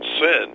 sin